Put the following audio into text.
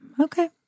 Okay